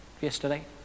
yesterday